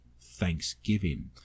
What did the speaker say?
Thanksgiving